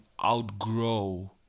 outgrow